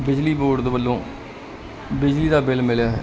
ਬਿਜਲੀ ਬੋਰਡ ਵੱਲੋ ਬਿਜਲੀ ਦਾ ਬਿੱਲ ਮਿਲਿਆ ਹੈ